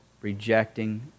rejecting